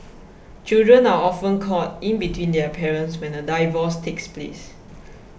children are often caught in between their parents when a divorce takes place